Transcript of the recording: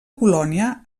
colònia